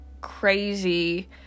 crazy